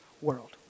world